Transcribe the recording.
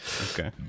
Okay